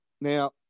now